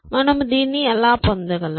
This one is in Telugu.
మేము దీన్ని ఎలా పొందగలం